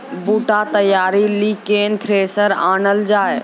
बूटा तैयारी ली केन थ्रेसर आनलऽ जाए?